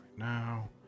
Now